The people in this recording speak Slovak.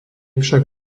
však